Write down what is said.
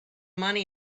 money